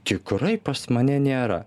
tikrai pas mane nėra